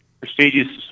prestigious